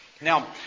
Now